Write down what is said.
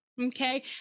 okay